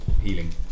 healing